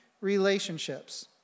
relationships